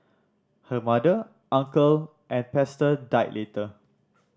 her mother uncle and pastor died later